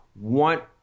want